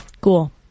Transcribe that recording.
Cool